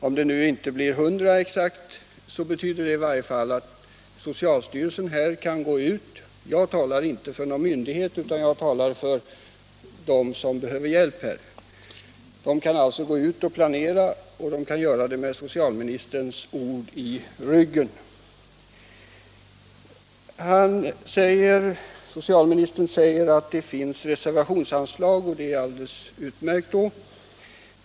Om det nu inte blir exakt 100 platser — i det här sammanhanget talar jag inte för någon myndighet, utan jag talar för dem som nu behöver hjälp — så betyder det i varje fall att socialstyrelsen nu kan gå ut och planera, och man kan göra det med socialministerns ord i ryggen. Socialministern säger att det finns ett reservationsanslag, och det är ju alldeles utmärkt.